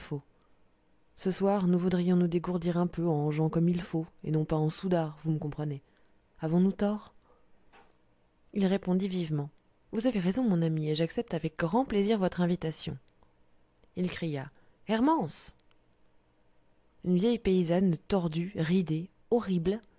ce soir nous voudrions nous dégourdir un peu en gens comme il faut et non pas en soudards vous me comprenez avons-nous tort il répondit vivement vous avez raison mon ami et j'accepte avec grand plaisir votre invitation il cria hermance une vieille paysanne tordue ridée horrible